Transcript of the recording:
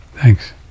Thanks